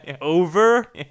Over